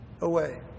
away